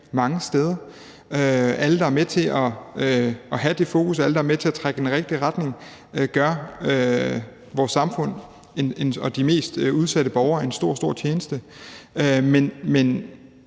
mange steder. Alle, der er med til at have det fokus, alle, der er med til at trække i den rigtige retning, gør vores samfund og de mest udsatte borgere en stor, stor tjeneste.